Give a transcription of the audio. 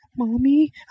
Mommy